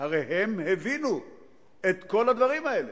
הרי הם הבינו את כל הדברים האלה,